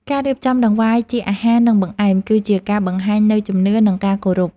ការរៀបចំដង្វាយជាអាហារ និងបង្អែម គឺជាការបង្ហាញនូវជំនឿ និងការគោរព។